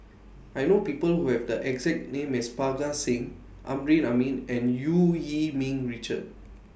I know People Who Have The exact name as Parga Singh Amrin Amin and EU Yee Ming Richard